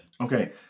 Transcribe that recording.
Okay